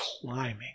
climbing